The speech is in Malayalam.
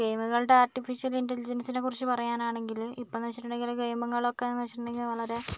ഗെയിമുകളുടെ ആർട്ടിഫിഷ്യൽ ഇൻറ്റലിജൻസിനെ കുറിച്ച് പറയാനാണെങ്കിൽ ഇപ്പോഴെന്ന് വെച്ചിട്ടുണ്ടെങ്കിൽ ഗെയിമുകളൊക്കെ എന്ന് വെച്ചിട്ടുണ്ടെങ്കിൽ വളരെ